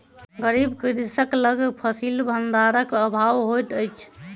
गरीब कृषक लग फसिल भंडारक अभाव होइत अछि